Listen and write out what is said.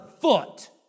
foot